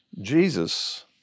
Jesus